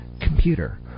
computer